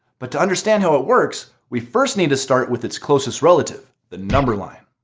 but to understand how it works, we first need to start with its closest relative the number line.